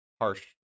harsh